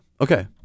Okay